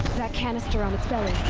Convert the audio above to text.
that cannister on its belly.